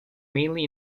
mainly